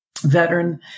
veteran